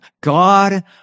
God